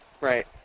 Right